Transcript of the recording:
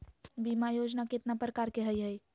बीमा योजना केतना प्रकार के हई हई?